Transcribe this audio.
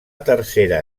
tercera